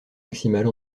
maximale